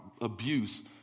abuse